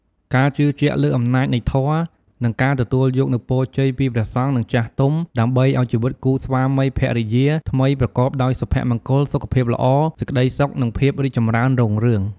ការជឿជាក់លើអំណាចនៃធម៌ និងការទទួលយកនូវពរជ័យពីព្រះសង្ឃ និងចាស់ទុំ ដើម្បីឲ្យជីវិតគូស្វាមីភរិយាថ្មីប្រកបដោយសុភមង្គល សុខភាពល្អ សេចក្តីសុខ និងភាពរីកចម្រើនរុងរឿង។